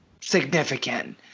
significant